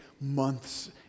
months